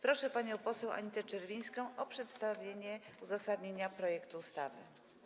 Proszę panią poseł Anitę Czerwińską o przedstawienie uzasadnienia projektu ustawy.